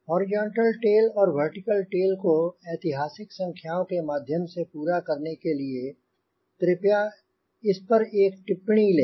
horizontal tail और vertical tail को ऐतिहासिक संख्याओं के माध्यम से पूरा करने के लिए कृपया इस पर एक टिप्पणी लें